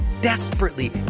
desperately